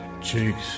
cheeks